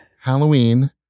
Halloween